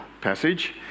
passage